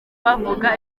bavuga